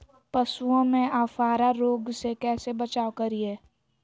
पशुओं में अफारा रोग से कैसे बचाव करिये?